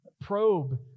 probe